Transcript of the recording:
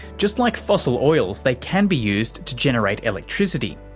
just like fossil oils they can be used to generate electricity,